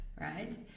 right